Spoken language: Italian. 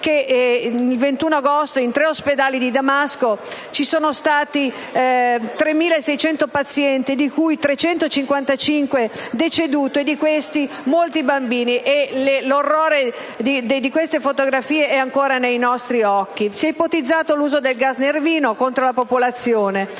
il 21 agosto in tre ospedali di Damasco, dove erano ricoverati 3.600 pazienti, sono decedute 355 persone e tra queste molti bambini. L'orrore di quelle fotografie è ancora nei nostri occhi. Si è ipotizzato l'uso del gas nervino contro la popolazione